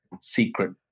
secret